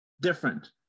different